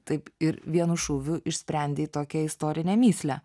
taip ir vienu šūviu išsprendei į tokią istorinę mįslę